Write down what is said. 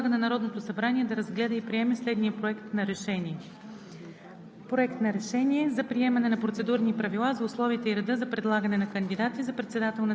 правни въпроси единодушно с 22 гласа „за“, без „против“ и „въздържал се“ предлага на Народното събрание да разгледа и приеме следния проект на решение: